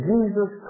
Jesus